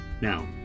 Now